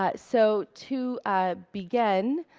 ah so, to ah begin,